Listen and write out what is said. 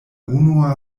unua